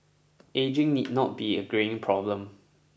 ageing need not be a greying problem